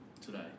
today